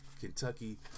Kentucky